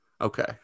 okay